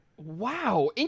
Wow